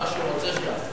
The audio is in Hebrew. מה שהוא רוצה, שיעשה.